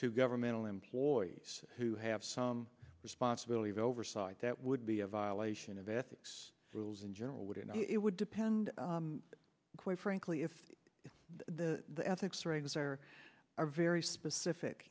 to governmental employees who have some responsibility of oversight that would be a violation of ethics rules in general would it not it would depend quite frankly if the ethics regs are are very specific